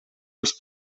els